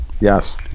Yes